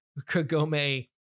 Kagome